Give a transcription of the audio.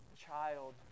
child